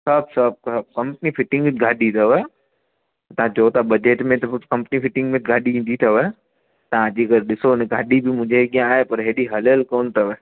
सभु सभु सभु कंपनी फिटिंग गाॾी अथव तव्हां चओ था बजट में त बि कंपनी फिटींग में गाॾी ईंदी अथव तव्हां अची करे ॾिसो गाॾी बि मुंहिंजे अॻियां आहेपर हेॾी हलियलु कोनि अथव